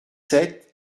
sept